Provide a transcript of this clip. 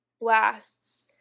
blasts